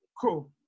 Cool